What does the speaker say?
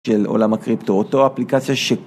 של עולם הקריפטו, אותו אפליקציה ש...